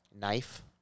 knife